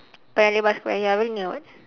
paya-lebar square ya very near [what]